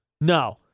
No